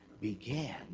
began